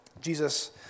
Jesus